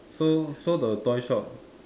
so so the toy shop